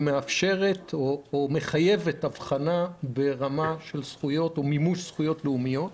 מחייבת אבחנה ברמה של מימוש זכויות לאומיות,